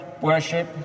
worship